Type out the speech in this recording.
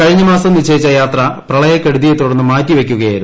കുഴിഞ്ഞ മാസം നിശ്ചയിച്ച യാത്ര പ്രളയക്കെടുതിയെ തുടർന്ന് മാറ്റിവയ്ക്കുകയായിരുന്നു